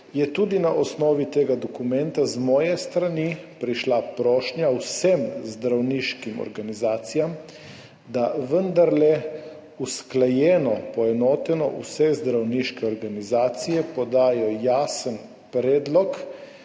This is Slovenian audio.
je tudi na osnovi tega dokumenta z moje strani prišla prošnja vsem zdravniškim organizacijam, da vendarle usklajeno, poenoteno vse zdravniške organizacije podajo jasen predlog,